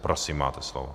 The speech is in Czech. Prosím, máte slovo.